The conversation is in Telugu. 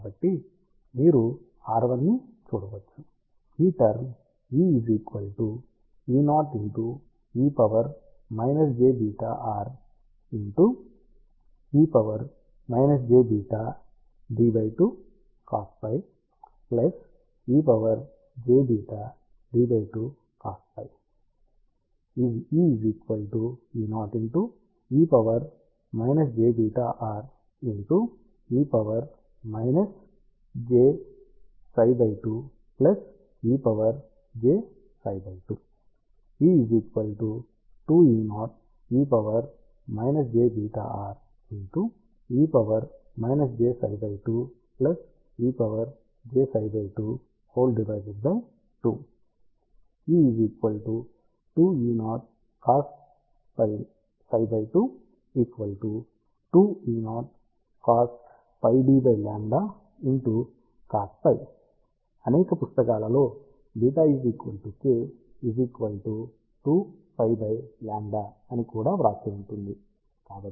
కాబట్టి మీరు r1 ని చూడవచ్చు ఈ టర్మ్ అనేక పుస్తకాలలో అని కూడా వ్రాసి ఉంటుంది